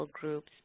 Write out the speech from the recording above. groups